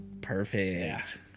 Perfect